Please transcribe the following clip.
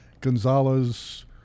Gonzalez